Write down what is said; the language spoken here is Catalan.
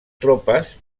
tropes